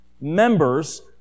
members